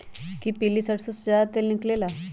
कि पीली सरसों से ज्यादा तेल निकले ला?